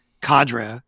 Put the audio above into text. cadre